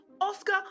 Oscar